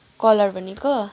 colour भनेको